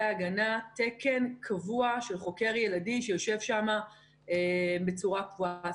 ההגנה תקן קבוע של חוקר ילדים שיושב שם בצורה קבועה.